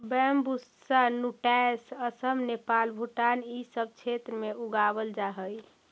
Bambusa nutans Assam, Nepal, Bhutan इ सब क्षेत्र में उगावल जा हई